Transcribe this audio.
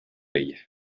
ella